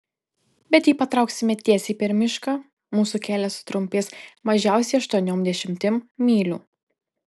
bet jei patrauksime tiesiai per mišką mūsų kelias sutrumpės mažiausiai aštuoniom dešimtim mylių